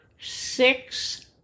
six